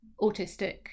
autistic